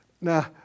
Now